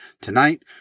Tonight